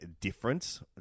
difference